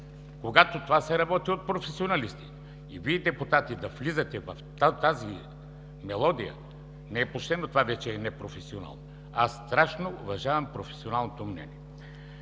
когато това се работи от професионалисти. И Вие, депутати, да влизате в тази мелодия – не е почтено, това вече е непрофесионално. Аз страшно уважавам професионалното мнение.